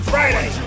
Friday